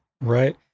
Right